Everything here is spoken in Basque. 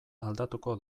aldatuko